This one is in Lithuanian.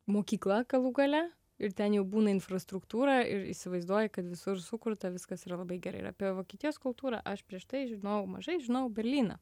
mokykla galų gale ir ten jau būna infrastruktūra ir įsivaizduoji kad visur sukurta viskas yra labai gerai ir apie vokietijos kultūrą aš prieš tai žinojau mažai žinojau berlyną